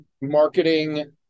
marketing